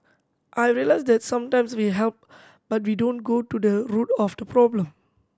I realised that sometimes we help but we don't go to the root of the problem